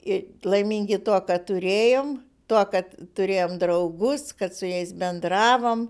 ir laimingi tuo ką turėjom tuo kad turėjom draugus kad su jais bendravom